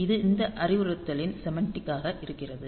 இது இந்த அறிவுறுத்தலின் செமண்டிக்காகவும் இருக்கிறது